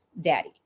daddy